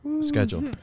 schedule